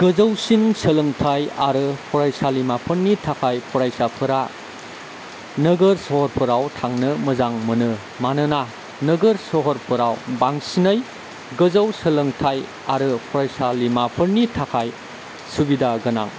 गोजौसिन सोलोंथाइ आरो फरायसालिमाफोरनि थाखाय फरायसाफोरा नोगोर सहरफोराव थांनो मोजां मोनो मानोना नोगोर सहरफोराव बांसिनै गोजौ सोलोंथाइ आरो फरायसालिमाफोरनि थाखाय सुबिदा गोनां